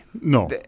No